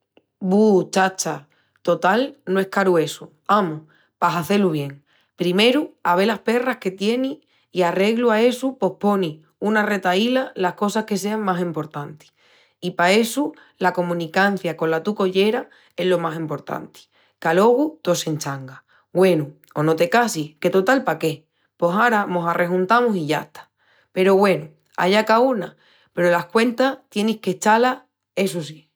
Bu, chacha! Total no es caru essu! Amus, pa hazé-lu bien. Primeru ave las perras que tienis i arreglu a essu pos ponis en una retahila las cosas que sean más emportantis i pa essu la comunicancia cola tu collera es lo más emportanti, qu'alogu tó s'echanga! Güenu, o no te casis, que total pa qué? Pos ara mos arrejuntamus i yasta. Peru, güenu, allá caúna, peru las cuentas tienis qu'echá-las, essu sí.